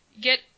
get